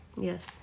yes